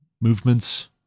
movements